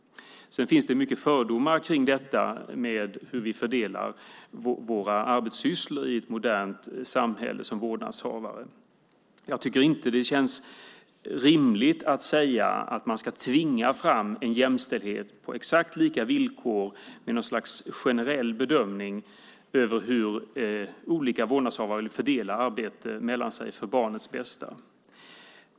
Det finns mycket fördomar kring hur vi som vårdnadshavare fördelar våra arbetssysslor i ett modernt samhälle. Jag tycker inte att det känns rimligt att tvinga fram en jämställdhet på exakt lika villkor genom något slags generell bedömning av hur olika vårdnadshavare vill fördela arbetet mellan sig för barnens bästa.